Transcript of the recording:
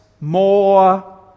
more